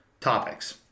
topics